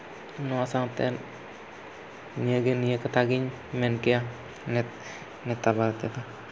ᱱᱚᱣᱟ ᱥᱟᱶᱛᱮ ᱱᱤᱭᱟᱹᱜᱮ ᱱᱤᱭᱟᱹ ᱠᱟᱛᱷᱟ ᱜᱤᱧ ᱢᱮᱱ ᱠᱮᱭᱟ ᱱᱤᱛ ᱱᱮᱛᱟ ᱵᱟᱨᱮ ᱛᱮᱫᱚ